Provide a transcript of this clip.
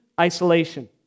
isolation